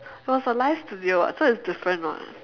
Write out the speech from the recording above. it was a live studio so it's different [what]